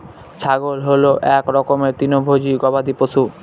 ছাগল হল এক রকমের তৃণভোজী গবাদি পশু